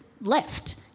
left